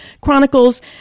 chronicles